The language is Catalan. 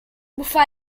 bufa